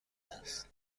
است